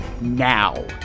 now